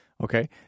Okay